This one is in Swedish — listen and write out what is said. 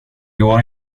går